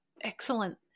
excellent